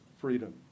freedom